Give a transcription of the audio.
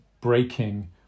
breaking